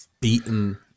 Beaten